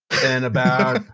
and about.